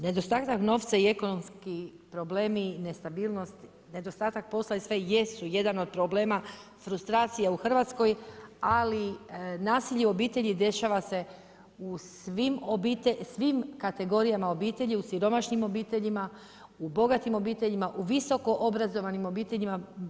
Nedostatak novca i ekonomski problemi, nestabilnost, nedostatak posla jesu jedan od problema frustracije u Hrvatskoj, ali nasilje u obitelji dešava se u svim kategorijama obitelji u siromašnim obiteljima, u bogatim obiteljima, u visokoobrazovanim obiteljima.